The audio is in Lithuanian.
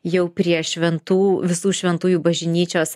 jau prie šventų visų šventųjų bažnyčios